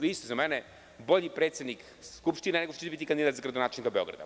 Vi ste za mene bolji predsednik Skupštine nego što ćete biti kandidat za gradonačelnika Beograda.